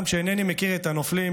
גם כשאינני מכיר את הנופלים,